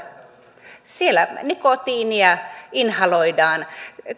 uutta tupakkateollisuutta siellä nikotiinia inhaloidaan